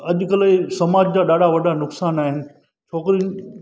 अॼुकल्ह इहे समाज जा ॾाढा वॾा नुक़सानु आहिनि छोकिरीयुनि